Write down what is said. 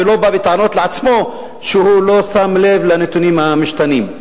ולא בא בטענות לעצמו שהוא לא שם לב לנתונים המשתנים.